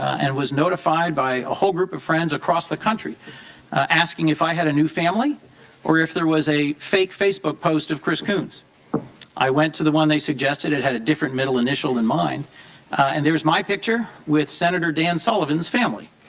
and was notified by whole group of friends across the country asking if i had a new family or if there was a fake facebook post of christians. i went to the one they suggest the had had different middle initial and and there's my picture with senator dan sullivan's family.